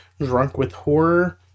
drunkwithhorror